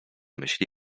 myśli